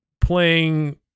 playing